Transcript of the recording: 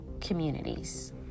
communities